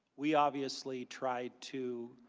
we obviously tried to